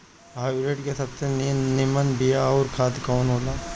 Hybrid के सबसे नीमन बीया अउर खाद कवन हो ला?